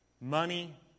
money